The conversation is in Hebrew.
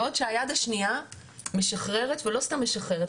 בעוד שהיד השניה משחררת ולא סתם משחררת,